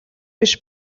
биш